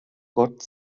gott